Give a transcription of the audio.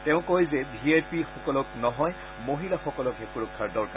তেওঁ কয় যে ভি আই পি সকলক নহয় মহিলাসকলকহে সুৰক্ষাৰ দৰকাৰ